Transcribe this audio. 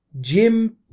Jim